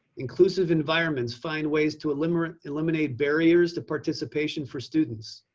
inclusive environments, find ways to eliminate eliminate barriers to participation for students.